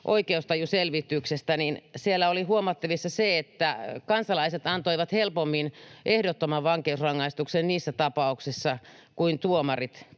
oikeustajuselvityksestä: Siellä oli huomattavissa se, että kansalaiset antoivat helpommin ehdottoman vankeusrangaistuksen kuin tuomarit